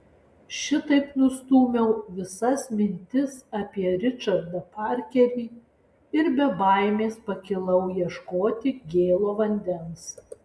šitaip nustūmiau visas mintis apie ričardą parkerį ir be baimės pakilau ieškoti gėlo vandens